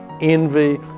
envy